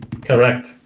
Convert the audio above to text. Correct